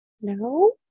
No